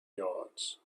yards